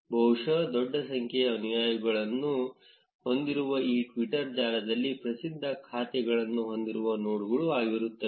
ಬಹುಶ ದೊಡ್ಡ ಸಂಖ್ಯೆಯ ಅನುಯಾಯಿಗಳನ್ನು ಹೊಂದಿರುವ ಮತ್ತು ಟ್ವಿಟರ್ ಜಾಲದಲ್ಲಿ ಪ್ರಸಿದ್ಧ ಖಾತೆಗಳನ್ನು ಹೊಂದಿರುವ ನೋಡ್ಗಳು ಆಗಿರುತ್ತದೆ